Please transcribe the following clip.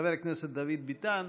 חבר הכנסת דוד ביטן,